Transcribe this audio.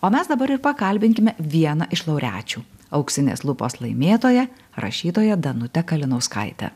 o mes dabar ir pakalbinkime vieną iš laureačių auksinės lupos laimėtoją rašytoją danutę kalinauskaitę